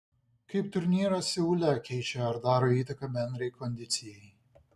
kaip turnyras seule keičia ar daro įtaką bendrai kondicijai